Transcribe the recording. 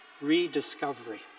rediscovery